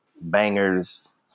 bangers